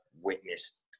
witnessed